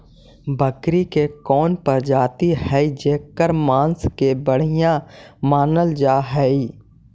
बकरी के कौन प्रजाति हई जेकर मांस के बढ़िया मानल जा हई?